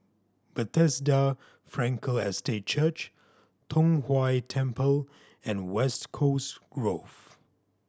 Bethesda Frankel Estate Church Tong Whye Temple and West Coast Grove